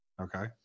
Okay